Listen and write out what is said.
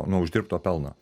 nuo uždirbto pelno